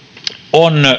on